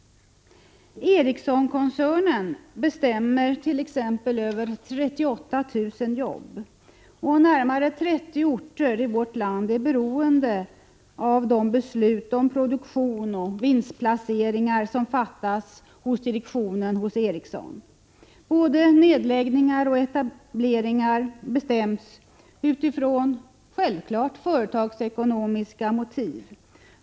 Ericssonkoncernen t.ex. bestämmer över 38 000 jobb. Närmare 30 orter i vårt land är beroende av de beslut om produktion och vinstplaceringar som fattas av direktionen hos Ericsson. Både nedläggningar och etableringar bestäms självfallet utifrån företagsekonomiska motiv.